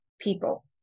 people